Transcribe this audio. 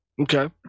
Okay